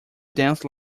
dance